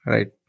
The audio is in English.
Right